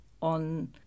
on